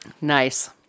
Nice